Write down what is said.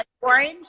orange